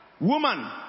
Woman